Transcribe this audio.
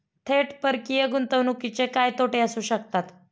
थेट परकीय गुंतवणुकीचे काय तोटे असू शकतात?